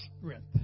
strength